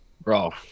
bro